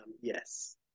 Yes